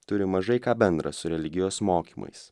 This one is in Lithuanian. turi mažai ką bendra su religijos mokymais